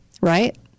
right